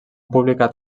publicat